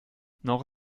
noch